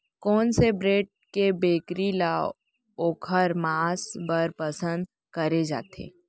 कोन से ब्रीड के बकरी ला ओखर माँस बर पसंद करे जाथे?